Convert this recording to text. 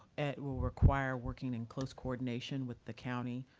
it will require working in close coordination with the county,